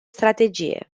strategie